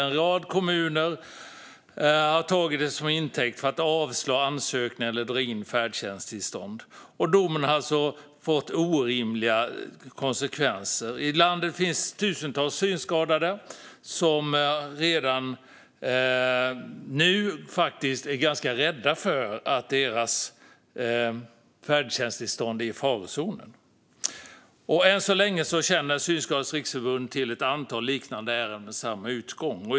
En rad kommuner har tagit det till intäkt för att avslå ansökningar eller dra in färdtjänsttillstånd. Domen har alltså fått orimliga konsekvenser. I landet finns tusentals synskadade som redan nu är ganska rädda för att deras färdtjänsttillstånd är i farozonen. Än så länge känner Synskadades Riksförbund till ett antal liknande ärenden med samma utgång.